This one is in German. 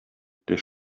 der